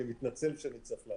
אני מתנצל שאני צריך לרדת.